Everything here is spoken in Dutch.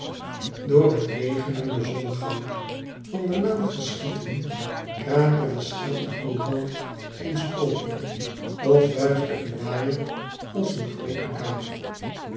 door het regenende zonnegoud van de laan verschieten krakelde schel een courant ginds open of wuifde een waaier als een groote kapel